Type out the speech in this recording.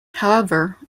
however